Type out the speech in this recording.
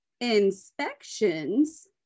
inspections